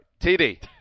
TD